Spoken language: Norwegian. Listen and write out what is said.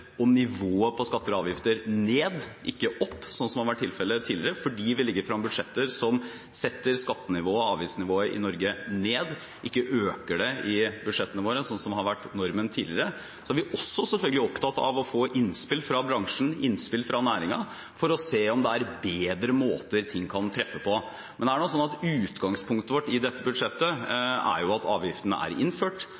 og ikke opp, som har vært tilfellet tidligere, fordi vi legger frem budsjetter som setter skatte- og avgiftsnivået i Norge ned, og ikke øker det i budsjettene våre, som har vært normen tidligere. Så er vi selvfølgelig også opptatt av å få innspill fra bransjen, innspill fra næringen, for å se om det er bedre måter ting kan treffe på. Men utgangspunktet vårt i dette budsjettet er jo at